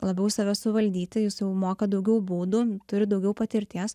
labiau save suvaldyti jis jau moka daugiau būdų turi daugiau patirties